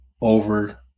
over